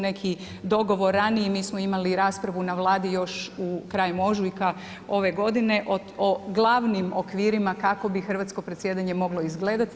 Neki dogovor ranije, mi smo imali i raspravu na Vladi još krajem ožujka ove godine o glavnim okvirima kako bi hrvatsko predsjedanje moglo izgledati.